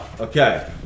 Okay